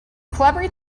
calibrate